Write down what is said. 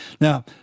now